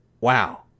Wow